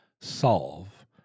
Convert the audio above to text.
solve